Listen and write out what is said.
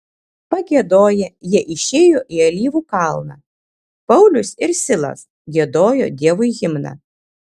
pagiedoję jie išėjo į alyvų kalną paulius ir silas giedojo dievui himną